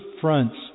fronts